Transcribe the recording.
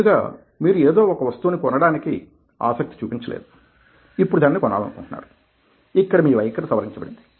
ముందుగా మీరు ఏదో ఒక వస్తువుని కొనడానికి ఆసక్తి చూపించలేదు ఇప్పుడు దానిని కొనాలనుకుంటున్నారు ఇక్కడ మీ వైఖరి సవరించబడింది